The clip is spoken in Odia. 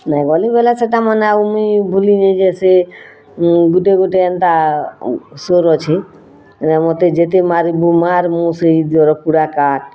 ନାଇଁ ଗଲି ବେଲେ ସେଇଟା ମାନେ ଆଉ ମୁଇଁ ଭୁଲି ଯାଇସେ ଗୁଟେ ଗୁଟେ ଏନ୍ତା ସୋର୍ ଅଛେ ଏନ୍ତା ମୋତେ ଯେତେ ମାରିବୁ ମାର୍ ମୁଁ ସେଇ ଦର ପୋଡ଼ା କାଠ୍